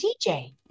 DJ